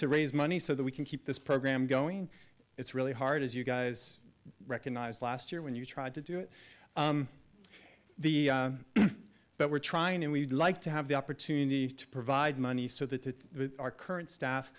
to raise money so that we can keep this program going it's really hard as you guys recognized last year when you tried to do it the but we're trying and we'd like to have the opportunity to provide money so that our current staff